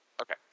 Okay